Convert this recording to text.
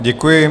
Děkuji.